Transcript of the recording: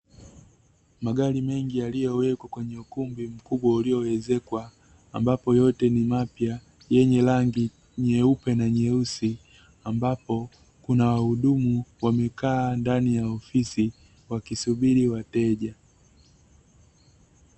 Magari mengi yaliyowekwa mwenye ukumbi mkubwa ulioezekwa, ambapo yote ni mapya, yenye rangi nyeupe na nyeusi, ambapo kuna wahudumu wamekaa ndani ya ofisi wakisubiri wateja.